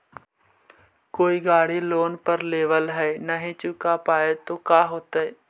कोई गाड़ी लोन पर लेबल है नही चुका पाए तो का होतई?